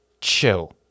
chill